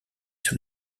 sur